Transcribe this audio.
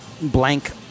blank